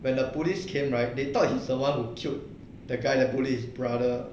when the police came right they thought he's the one who killed the guy that bully his brother